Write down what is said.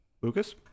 Lucas